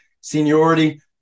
Seniority